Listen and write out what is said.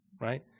right